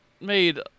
made